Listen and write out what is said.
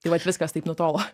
tai vat viskas taip nutolo